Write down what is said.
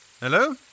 Hello